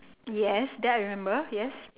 yes that I remember yes